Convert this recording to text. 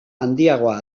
handiagoa